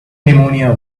pneumonia